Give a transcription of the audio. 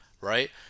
right